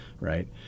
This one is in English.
Right